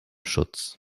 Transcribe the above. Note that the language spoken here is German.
schutz